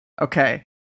okay